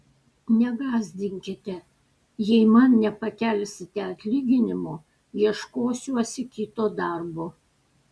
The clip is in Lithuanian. negąsdinkite jei man nepakelsite atlyginimo ieškosiuosi kito darbo